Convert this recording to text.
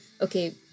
okay